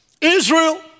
Israel